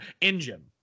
engine